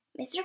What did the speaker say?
mr